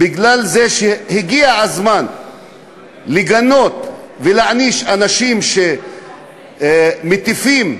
כי הגיע הזמן לגנות ולהעניש אנשים שמטיפים,